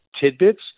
tidbits